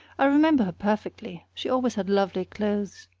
i remember her perfectly she always had lovely clothes.